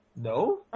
No